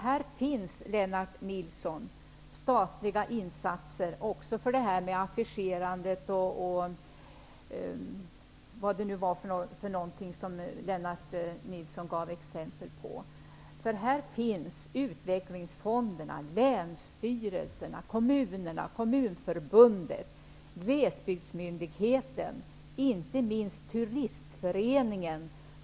Det finns, Lennart Nilsson, statliga insatser också för detta med affischerande och vad det nu var för någonting som Lennart Nilsson gav exempel på. Vi har utvecklingsfonderna, länsstyrelserna, kommunerna, Kommunförbundet, Glesbygdsmyndigheten och inte minst Turistföreningen.